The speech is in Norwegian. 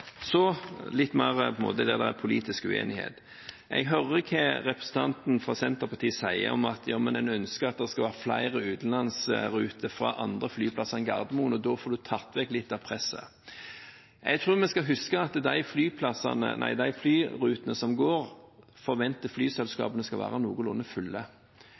Så litt om det det er politisk uenighet om. Jeg hører hva representanten fra Senterpartiet sier, at man ønsker at det skal være flere utenlandsruter fra andre flyplasser enn Gardermoen, da får man tatt vekk litt av presset. Jeg tror vi skal huske at når det gjelder de flyrutene som går, forventer flyselskapene at flyene skal være noenlunde fulle.